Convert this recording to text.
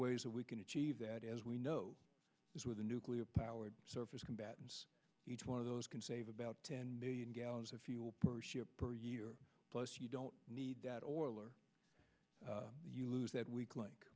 ways that we can achieve that as we know is with a nuclear powered surface combattants each one of those can save about ten million gallons of fuel per ship per year plus you don't need that oil or you lose that week like